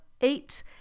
eight